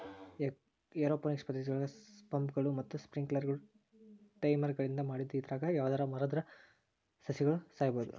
aeroponics ಪದ್ದತಿಯೊಳಗ ಪಂಪ್ಗಳು ಮತ್ತ ಸ್ಪ್ರಿಂಕ್ಲರ್ಗಳು ಟೈಮರ್ಗಳಿಂದ ಮಾಡಿದ್ದು ಇದ್ರಾಗ ಯಾವದರ ಮುರದ್ರ ಸಸಿಗಳು ಸಾಯಬೋದು